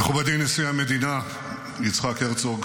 מכובדי נשיא המדינה יצחק הרצוג